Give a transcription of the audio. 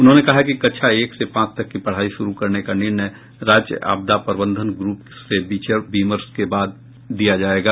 उन्होंने कहा कि कक्षा एक से पांच तक की पढ़ाई शुरू करने का निर्णय राज्य आपदा प्रबंधन ग्रुप से विमर्श के बाद दिया जायेगा